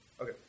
Okay